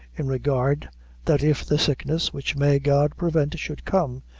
in regard that if the sickness which may god prevent should come,